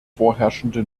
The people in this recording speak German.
vorherrschende